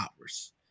hours